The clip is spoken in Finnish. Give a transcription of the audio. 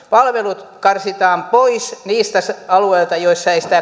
palvelut karsitaan pois niiltä alueilta joilla ei ole sitä